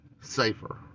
safer